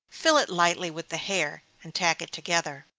fill it lightly with the hair, and tack it together.